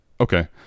Okay